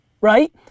right